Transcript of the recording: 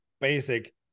basic